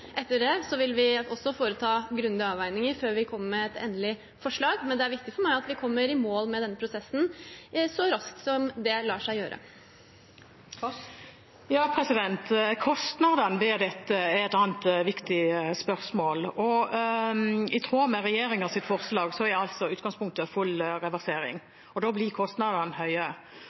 Etter det vil vi også foreta grundige avveininger før vi kommer med et endelig forslag. Men det er viktig for meg at vi kommer i mål med denne prosessen så raskt som det lar seg gjøre. Det blir opna for oppfølgingsspørsmål – først Ingunn Foss. Kostnadene ved dette er et annet viktig spørsmål. I tråd med regjeringens forslag er utgangspunktet full reversering. Da blir kostnadene høye.